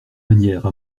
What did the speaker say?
manière